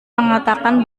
mengatakan